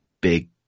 big